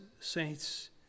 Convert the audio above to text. saints